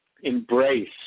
Embrace